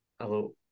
Hello